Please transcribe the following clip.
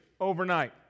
overnight